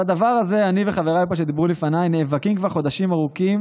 על הדבר הזה אני וחבריי פה שדיברו לפניי נאבקים כבר חודשים ארוכים,